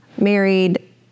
married